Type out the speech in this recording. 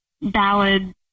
ballad